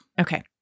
Okay